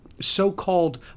so-called